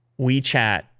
WeChat